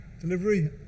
delivery